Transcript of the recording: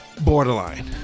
borderline